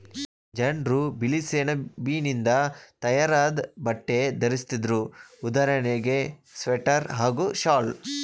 ಜನ್ರು ಬಿಳಿಸೆಣಬಿನಿಂದ ತಯಾರಾದ್ ಬಟ್ಟೆ ಧರಿಸ್ತಿದ್ರು ಉದಾಹರಣೆಗೆ ಸ್ವೆಟರ್ ಹಾಗೂ ಶಾಲ್